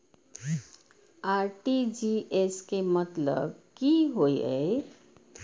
RTGS के मतलब की होय ये?